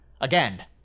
Again